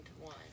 one